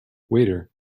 waiter